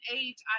age